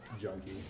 junkie